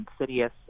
insidious